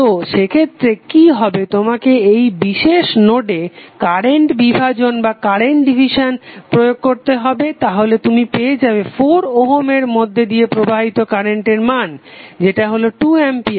তো সেক্ষেত্রে কি হবে তোমাকে এই বিশেষ নোডে কারেন্ট বিভাজন প্রয়োগ করতে হবে তাহলে তুমি পেয়ে যাবে 4 ওহমের মধ্যে দিয়ে প্রবাহিত কারেন্টের মান যেটা হলো 2 A